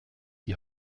die